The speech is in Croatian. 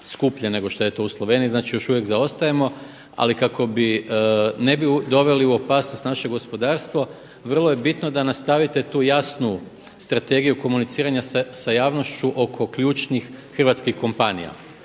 nego što je to u Sloveniji. Znači još uvijek zaostajemo. Ali kako ne bi doveli u opasnost naše gospodarstvo vrlo je bitno da nastavite tu jasnu strategiju komuniciranja sa javnošću oko ključnih hrvatskih kompanija.